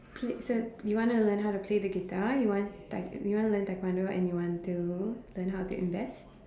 wait so you want to learn how to play the guitar you want taek~ you want to learn taekwondo and you want to learn how to invest